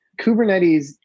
Kubernetes